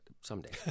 someday